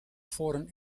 foreign